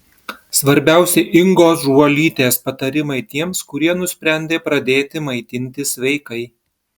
svarbiausi ingos žuolytės patarimai tiems kurie nusprendė pradėti maitintis sveikai